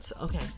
okay